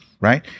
right